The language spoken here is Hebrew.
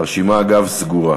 הרשימה, אגב, סגורה.